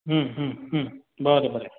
बरें बरें